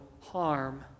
harm